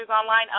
online